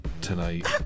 tonight